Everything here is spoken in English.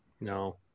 no